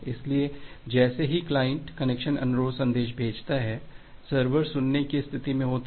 इसलिए जैसे ही क्लाइंट कनेक्शन अनुरोध संदेश भेजता है सर्वर सुनने की स्थिति में होता है